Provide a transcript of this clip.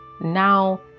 now